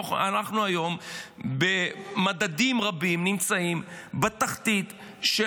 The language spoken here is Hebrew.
אנחנו היום במדדים רבים נמצאים בתחתית של